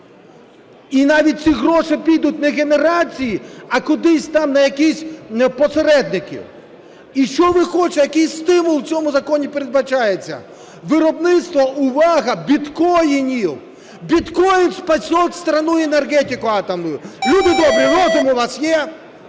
І навіть ці гроші підуть не генерації, а кудись там на якихсь посередників. І, що ви хочете, який стимул в цьому законі передбачається? Виробництво, увага, біткоїнів. Біткоїн спасет страну и энергетику атомную! Люди добрі, розум у вас є?